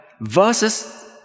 versus